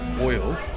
oil